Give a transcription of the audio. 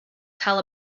tell